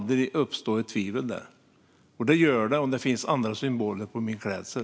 Det gör det om det finns andra symboler på min klädsel.